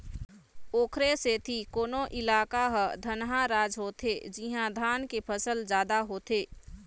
ओखरे सेती कोनो इलाका ह धनहा राज होथे जिहाँ धान के फसल जादा होथे